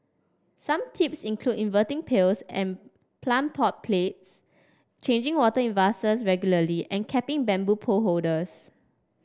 some tips include inverting pails and plant pot plates changing water in vases regularly and capping bamboo pole holders